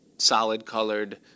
Solid-colored